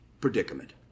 predicament